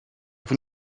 vous